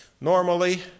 Normally